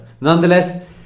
nonetheless